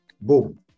boom